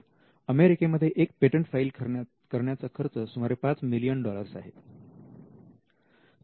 तर अमेरिकेमध्ये एक पेटंट फाईल करण्याचा खर्च सुमारे पाच मिलियन डॉलर्स आहे